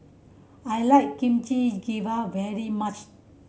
I like Kimchi Jjigae very much